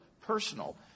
personal